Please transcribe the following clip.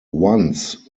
once